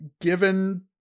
given